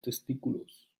testículos